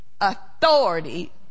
authority